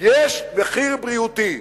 יש מחיר בריאותי,